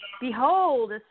Behold